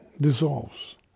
dissolves